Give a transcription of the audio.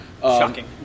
Shocking